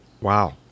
Wow